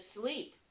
sleep